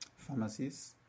pharmacies